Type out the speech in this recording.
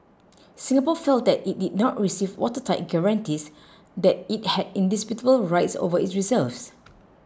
Singapore felt that it did not receive watertight guarantees that it had indisputable rights over its reserves